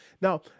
Now